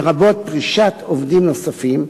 לרבות פרישת עובדים נוספים,